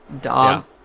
dog